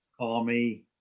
army